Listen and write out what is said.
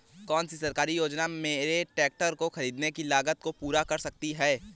कौन सी सरकारी योजना मेरे ट्रैक्टर को ख़रीदने की लागत को पूरा कर सकती है?